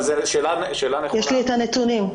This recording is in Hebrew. יש לי את הנתונים.